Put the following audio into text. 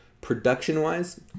Production-wise